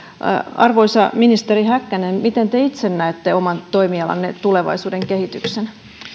arvoisa ministeri häkkänen miten te itse näette oman toimialanne tulevaisuuden kehityksen